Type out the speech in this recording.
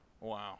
Wow